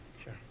Sure